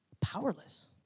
Powerless